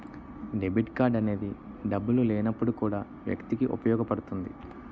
debit card అనేది డబ్బులు లేనప్పుడు కూడా వ్యక్తికి ఉపయోగపడుతుంది